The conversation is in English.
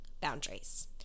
boundaries